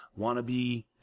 wannabe